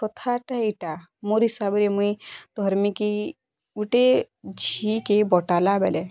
କଥାଟା ଏଇଟା ମୋର ହିସାବରେ ମୁଇଁ ଧର୍ମି କି ଗୋଟେ ଝି କେ ବଟାଲା ବେଲେ